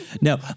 No